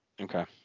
Okay